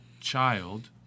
child